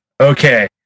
Okay